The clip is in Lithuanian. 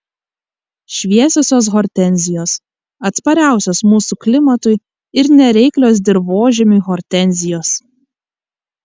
šviesiosios hortenzijos atspariausios mūsų klimatui ir nereiklios dirvožemiui hortenzijos